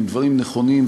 הם דברים נכונים,